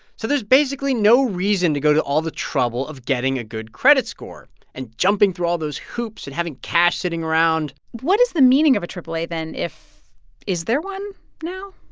so there's, basically, no reason to go to all the trouble of getting a good credit score and jumping through all those hoops and having cash sitting around what is the meaning of a triple a then if is there one now?